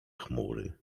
chmury